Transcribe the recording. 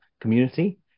community